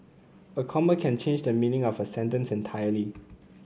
a comma can change the meaning of a sentence entirely